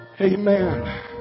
Amen